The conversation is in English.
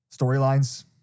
Storylines